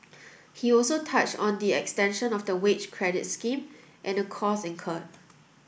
he also touched on the extension of the wage credit scheme and the costs incurred